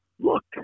look